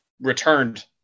returned